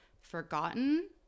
forgotten